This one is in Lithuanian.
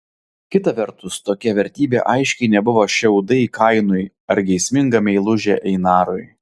kita vertus tokia vertybė aiškiai nebuvo šiaudai kainui ar geisminga meilužė einarui